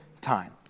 time